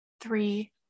three